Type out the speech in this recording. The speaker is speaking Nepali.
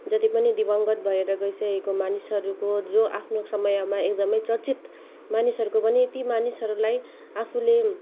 जतिपनि दिवाङ्गत भएर गइसकेको मानिसहरूको जो आफ्नो समयमा एकमदै चर्चित मानिसहरूको पनि ती मानिसहरूलाई आफूले